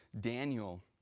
Daniel